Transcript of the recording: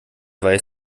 weiß